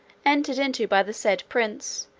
entered into by the said prince,